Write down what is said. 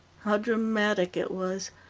how dramatic it was,